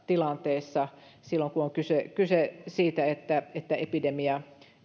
tilanteessa silloin kun on kyse siitä että että epidemia